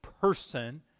person